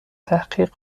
تحقیق